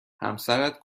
همسرت